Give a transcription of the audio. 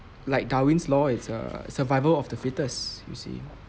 like darwin's law is a survival of the fittest you see